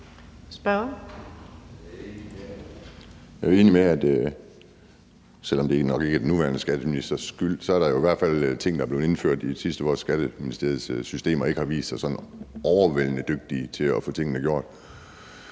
Jeg er jo enig i, selv om det nok ikke er den nuværende skatteministers skyld, at der i hvert fald er blevet indført nogle ting, hvor Skatteministeriets systemer ikke har vist sig at være sådan overvældende dygtige til at få tingene gjort.